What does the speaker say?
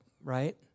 right